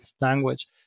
language